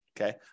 Okay